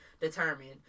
determined